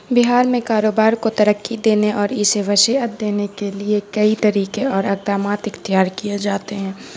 بہار میں کاروبار کو ترقی دینے اور اسے وسعت دینے کے لیے کئی طریقے اور اقدامات اختیار کیے جاتے ہیں